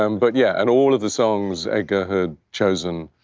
um but yeah, and all of the songs edgar had chosen.